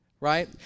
right